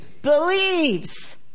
believes